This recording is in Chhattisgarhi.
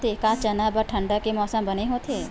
का चना बर ठंडा के मौसम बने होथे?